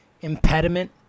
impediment